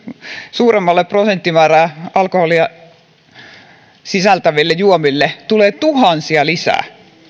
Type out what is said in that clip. suurempaa prosenttimäärää alkoholia sisältäville juomille tulee tuhansia lisää